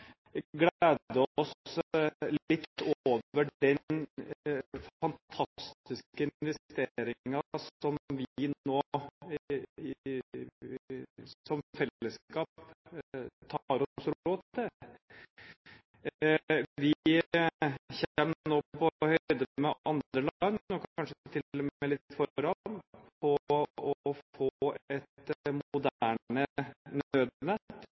den fantastiske investeringen som vi nå som felleskap tar oss råd til. Vi kommer nå på høyde med andre land – kanskje til og med litt foran – på å få et moderne